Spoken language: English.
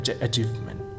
achievement